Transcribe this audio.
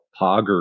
Pogger